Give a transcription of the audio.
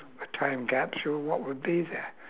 a time capsule what would be there